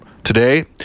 Today